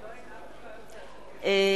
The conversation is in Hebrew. (קוראת בשמות חברי הכנסת) עינת וילף,